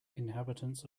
inhabitants